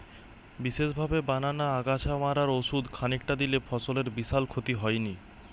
বিশেষভাবে বানানা আগাছা মারার ওষুধ খানিকটা দিলে ফসলের বিশাল ক্ষতি হয়নি